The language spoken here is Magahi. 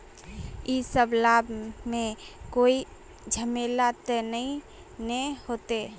इ सब लाभ में कोई झमेला ते नय ने होते?